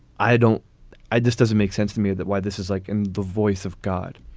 i don't i. this doesn't make sense to me that why this is like and the voice of god.